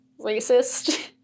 racist